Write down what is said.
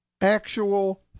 actual